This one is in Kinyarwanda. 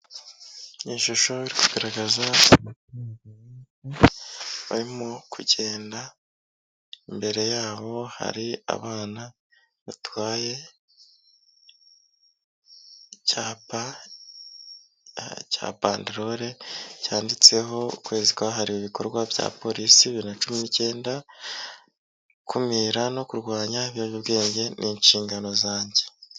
Ishusho iri kugaragaza abantu barimo kugenda, imbere yabo hari abana batwaye icyapa cya bandarole cyanditseho ''ukwezi kwahari ibikorwa bya polisi bibiri nacumi n'icyenda gukumira no kurwanya ibiyobyabwenge ni inshingano zanjye''.